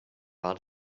war